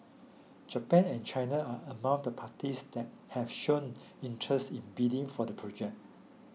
Japan and China are among the parties that have shown interest in bidding for the project